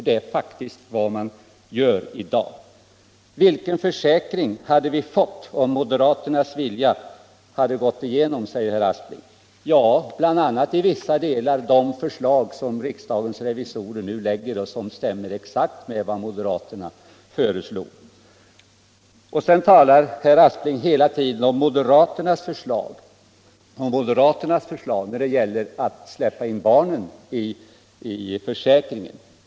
Det är faktiskt vad man gör i dag. Vilken försäkring hade vi fått om moderaternas förslag gått igenom? undrar herr Aspling. Ja, de förslag som riksdagens revisorer nu lägger fram stämmer exakt med vad moderaterna föreslog. Sedan talar herr Aspling hela tiden om moderaternas förslag när det gäller att släppa in barnen i försäkringen.